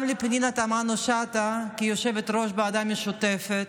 גם לפנינה תמנו שטה כיושבת-ראש הוועדה המשותפת,